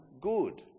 good